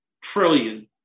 trillion